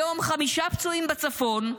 היום חמישה פצועים בצפון,